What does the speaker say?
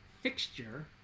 fixture